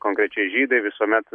konkrečiai žydai visuomet